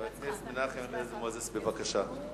חבר הכנסת מנחם אליעזר מוזס, בבקשה.